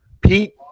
Pete